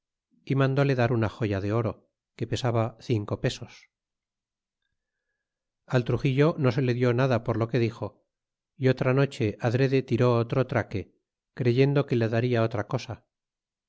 y mandle dar una joya de oro que pesaba cinco pesos y al truxillo no se le di nada por lo que dixo y otra noche adrede tiró otro traque creyendo que le daria otra cosa